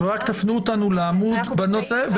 תפנו אותנו לסעיף.